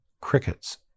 Crickets